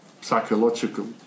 psychological